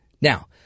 Now